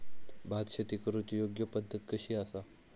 भात शेती करुची योग्य पद्धत कशी आसा?